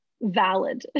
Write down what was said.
valid